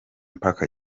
parker